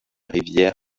rivière